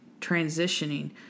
transitioning